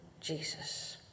Jesus